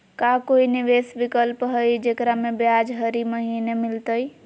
का कोई निवेस विकल्प हई, जेकरा में ब्याज हरी महीने मिलतई?